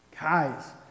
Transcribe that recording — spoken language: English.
Guys